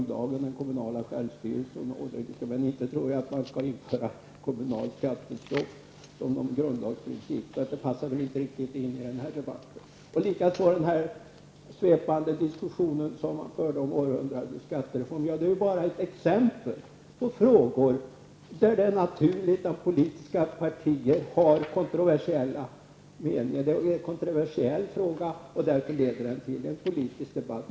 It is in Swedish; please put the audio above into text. Den kommunala självstyrelsen regleras i grundlagen, men jag tror inte att man skall införa kommunalt skattestopp som någon grundlagsprincip. Den frågan passar inte riktigt in i den här debatten. Stig Bertilsson förde en svepande diskussion om århundradets skattereform. Detta är ett exempel på en kontroversiell fråga där politiska partier har olika meningar, och därför leder detta till en politisk debatt.